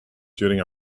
during